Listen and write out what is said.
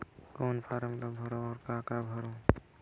कौन फारम ला भरो और काका भरो?